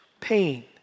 pain